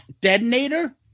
detonator